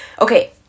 Okay